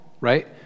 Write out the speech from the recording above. right